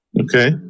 Okay